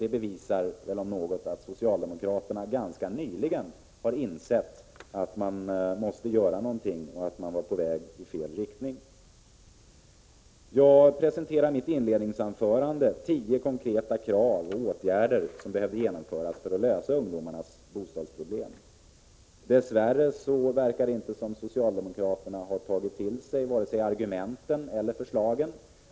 Det visar väl om något att socialdemokraterna först ganska nyligen har insett att någonting måste göras och att man är på väg i fel riktning. I mitt inledningsanförande presenterade jag tio konkreta förslag till åtgärder för att lösa ungdomarnas bostadsproblem. Dess värre verkar det inte som om socialdemokraterna har tagit till sig vare sig argumenten eller förslagen.